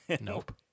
Nope